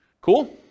Cool